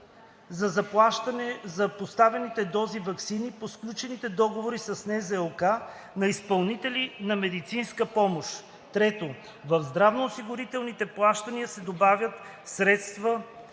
за поставените дози ваксини по сключените договори с НЗОК на изпълнители на медицинска помощ. 3. В здравноосигурителните плащания се добавят средства